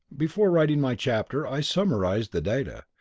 before writing my chapter i summarized the data.